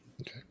Okay